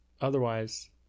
Otherwise